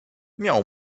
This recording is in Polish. miał